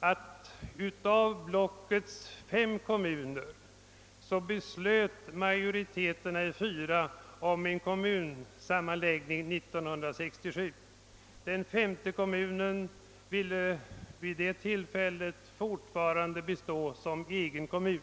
att av blockets fem kommuner en majoritet av fyra beslöt om en kommunsammanläggning år 1967, medan den femte kommunen då fortfarande ville bestå som egen kommun.